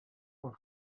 ашка